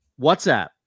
WhatsApp